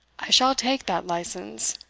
i shall take that license,